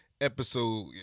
episode